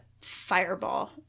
fireball